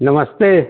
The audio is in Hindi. नमस्ते